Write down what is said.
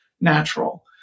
natural